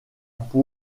par